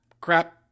crap